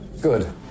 Good